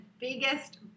biggest